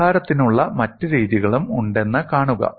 പരിഹാരത്തിനുള്ള മറ്റ് രീതികളും ഉണ്ടെന്ന് കാണുക